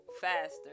faster